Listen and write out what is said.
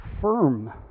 firm